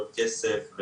לכסף,